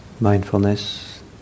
mindfulness